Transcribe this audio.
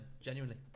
Genuinely